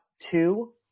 two